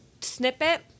snippet